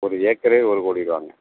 ஒரு ஏக்கரே ஒரு கோடி ரூபாங்க